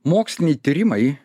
moksliniai tyrimai